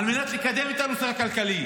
על מנת לקדם את הנושא הכלכלי,